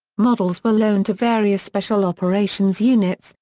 models were loaned to various special operations units,